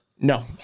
no